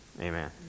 Amen